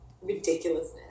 ridiculousness